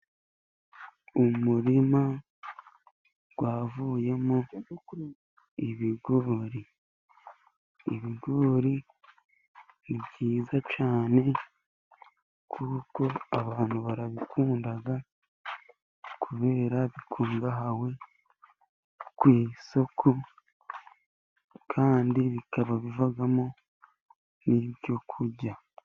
Umurima wavuyemo ibigori. Ibigori ni byiza cyane, kuko abantu barabikunda, kubera bikungahawe ku isoko, kandi bikaba bivamo n'ibyo kurya.